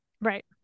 right